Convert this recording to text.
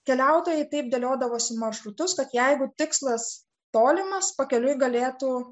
keliautojai taip dėliodavosi maršrutus kad jeigu tikslas tolimas pakeliui galėtų